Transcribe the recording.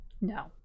No